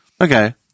Okay